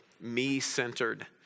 me-centered